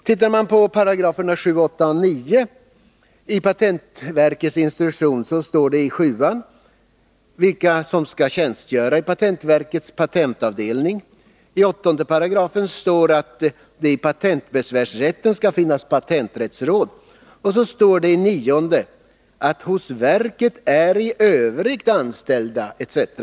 17 § anges vilka som skall tjänstgöra i patentverkets patentavdelning, i 8 § står att i patentbesvärsrätten skall finnas patenträttsråd, och i 9 § står att hos verket är i övrigt anställda etc.